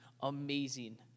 amazing